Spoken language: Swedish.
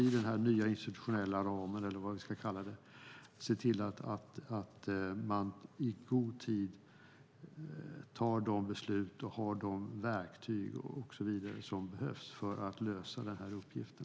I den nya institutionella ramen måste man se till att man i god tid fattar de beslut och har de verktyg som behövs för att lösa uppgiften.